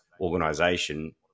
organization